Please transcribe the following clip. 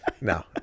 No